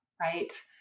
Right